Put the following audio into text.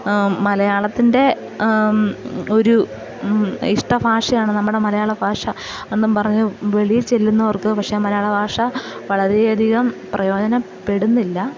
മലയാളത്തിൻ്റെ ഒരു ഇഷ്ട ഭാഷയാണ് നമ്മുടെ മലയാള ഭാഷ എന്നും പറഞ്ഞ് വെളിയിൽ ചെല്ലുന്നവർക്ക് പക്ഷെ മലയാള ഭാഷ വളരേയധികം പ്രയോജനപ്പെടുന്നില്ല